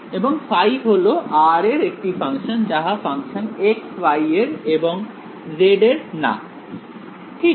এবং ϕ হল r এর একটি ফাংশন যাহা ফাংশন x y এর এবং z এর না ঠিক আছে